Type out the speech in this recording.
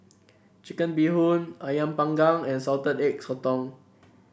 Chicken Bee Hoon ayam panggang and Salted Egg Sotong